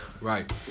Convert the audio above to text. Right